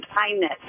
kindness